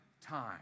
time